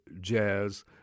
jazz